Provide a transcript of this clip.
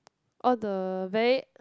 all the very